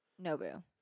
Nobu